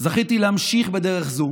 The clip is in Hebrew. זכיתי להמשיך בדרך זו